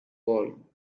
wall